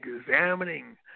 examining